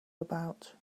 about